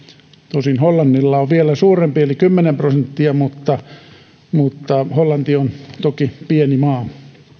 tosin hollannilla on vielä suurempi eli kymmenen prosenttia mutta mutta hollanti on toki pieni maa